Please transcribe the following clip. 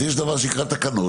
אז יש דבר שנקרא "תקנות",